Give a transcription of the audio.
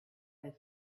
his